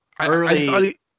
early